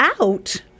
out